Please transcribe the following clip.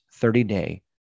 30-day